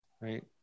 right